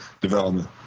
development